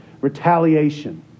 retaliation